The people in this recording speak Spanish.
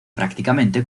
prácticamente